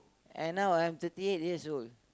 and now I'm thirty eight years old